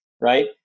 Right